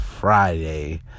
Friday